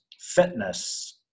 fitness